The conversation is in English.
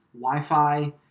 Wi-Fi